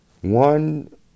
one